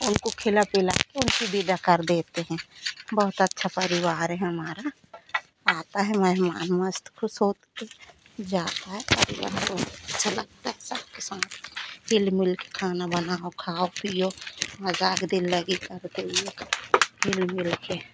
उनको खिला पिलाकर उनको विदा कर देते हैं बहुत अच्छा परिवार है हमारा आता है मेहमान मस्त ख़ुश होकर जाता है परिवार बहुत अच्छा लगता है सबके साथ हिल मिलकर खाना बनाओ खाओ पिओ मज़ाक दिल्लगी करते हुए हिल मिल के